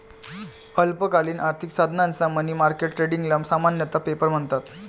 अल्पकालीन आर्थिक साधनांच्या मनी मार्केट ट्रेडिंगला सामान्यतः पेपर म्हणतात